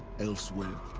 elsewhere.